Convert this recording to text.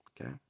okay